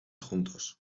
juntos